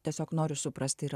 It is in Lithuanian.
tiesiog noriu suprasti ir